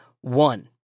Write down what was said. one